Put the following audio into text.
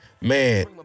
man